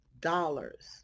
dollars